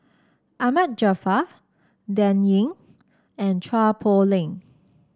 Ahmad Jaafar Dan Ying and Chua Poh Leng